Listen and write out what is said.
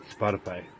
Spotify